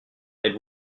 êtes